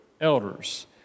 elders